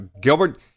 Gilbert